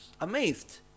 amazed